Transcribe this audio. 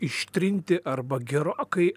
ištrinti arba gerokai